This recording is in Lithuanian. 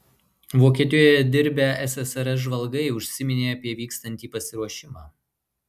vokietijoje dirbę ssrs žvalgai užsiminė apie vykstantį pasiruošimą